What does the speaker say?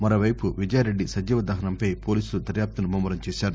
మరోవైపు విజయారెడ్డి సజీవ దహనంపై పోలీసులు దర్యాప్తును ముమ్మరం చేసారు